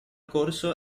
corso